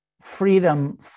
freedom